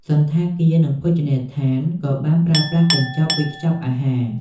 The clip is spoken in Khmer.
សណ្ឋាគារនិងភោជនីយដ្ឋានក៏បានប្រើប្រាស់កញ្ចប់វេចខ្ចប់អាហារ។